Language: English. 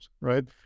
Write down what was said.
right